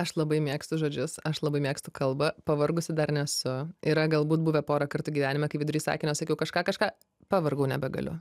aš labai mėgstu žodžius aš labai mėgstu kalbą pavargusi dar nesu yra galbūt buvę porą kartų gyvenime kai vidury sakinio sakiau kažką kažką pavargau nebegaliu